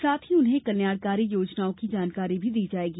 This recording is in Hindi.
साथ ही उन्हें कल्याणकारी योजनाओं की जानकारी भी दी जायेगी